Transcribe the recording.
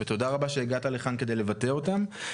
ותודה רבה שהגעת לכאן כדי לבטא אותם.